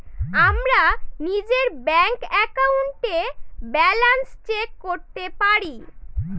আমরা নিজের ব্যাঙ্ক একাউন্টে ব্যালান্স চেক করতে পারি